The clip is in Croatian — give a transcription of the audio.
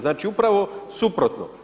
Znači upravo suprotno.